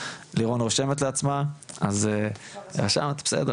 לירון רושמת לעצמה אז זהו,